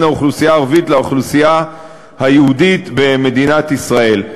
האוכלוסייה הערבית לאוכלוסייה היהודית במדינת ישראל.